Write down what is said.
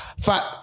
Five